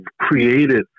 created